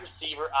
receiver